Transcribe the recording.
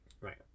Right